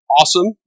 awesome